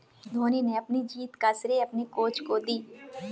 धोनी ने अपनी जीत का श्रेय अपने कोच को दी